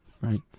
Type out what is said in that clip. right